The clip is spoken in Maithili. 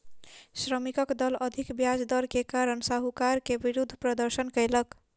श्रमिकक दल अधिक ब्याज दर के कारण साहूकार के विरुद्ध प्रदर्शन कयलक